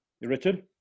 Richard